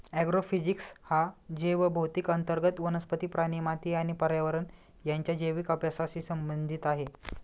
agrophysics हा जैवभौतिकी अंतर्गत वनस्पती, प्राणी, माती आणि पर्यावरण यांच्या जैविक अभ्यासाशी संबंधित आहे